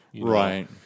right